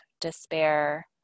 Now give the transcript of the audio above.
despair